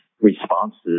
responses